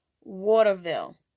Waterville